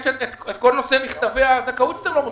יש את כל מכתבי הזכאות שאתם לא מוציאים.